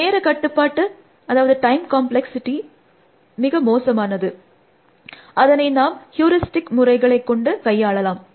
நேர கட்டுப்பாடு என்பது மிக மோசமானது அதனை நாம ஹியூரிஸ்டிக் முறைகளை கொண்டு கையாளலாம்